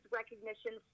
recognition